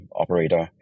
operator